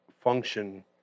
function